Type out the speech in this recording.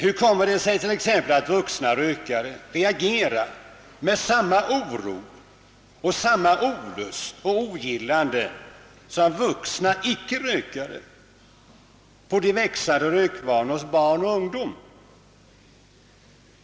Hur kommer det sig t.ex. att vuxna rökare reagerar med samma oro, samma olust och samma ogillande som vuxna icke-rökare på barns och ungdoms tilltagande rökvanor?